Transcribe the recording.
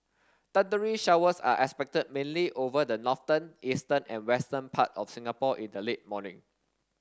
thundery showers are expected mainly over the northern eastern and western part of Singapore in the late morning